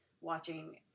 watching